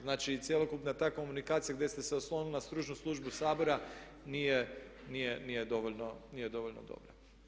Znači, cjelokupna ta komunikacija gdje ste se oslonili na stručnu službu Sabora nije dovoljno dobra.